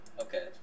Okay